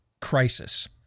crisis